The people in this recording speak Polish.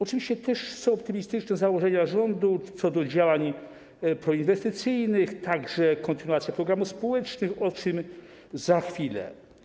Oczywiście są też optymistyczne założenia rządu co do działań proinwestycyjnych, kontynuacja programów społecznych, o czym za chwilę.